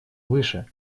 выше